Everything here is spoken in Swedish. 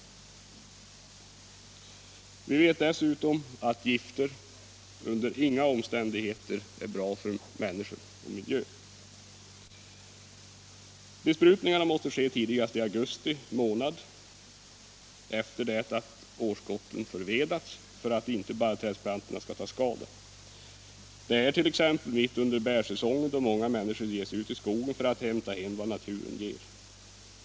Vi vet dessutom att gifter under inga omständigheter är bra för människor och miljö. Besprutningar måste ske tidigast i augusti månad efter det att årsskotten förvedats för att inte barrträdsplantorna skall ta skada. Det är mitt under bärsäsongen då många människor ger sig ut i skogen för att hämta hem vad naturen ger.